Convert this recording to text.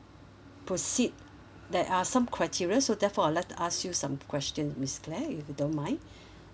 proceed there are some criteria so therefore I'd to ask you some questions miss claire if you don't mind